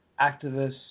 activists